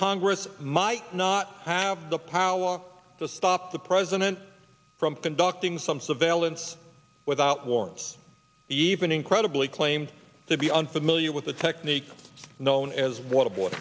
congress might not have the power to stop the president from conducting some surveillance without warrants even incredibly claimed to be unfamiliar with a technique known as wat